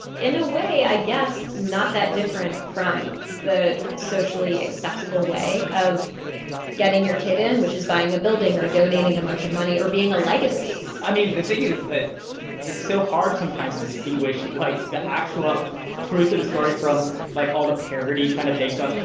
in a way, i guess not that different from the socially acceptable way of getting your kid in, which is buying a building or donating a bunch of money or being a legacy i mean, the thing is that it's so hard sometimes to distinguish, like, actual truth of the story from, like, all the parody kind of takes on it.